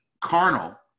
carnal